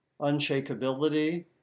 unshakability